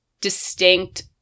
distinct